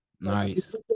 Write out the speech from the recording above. Nice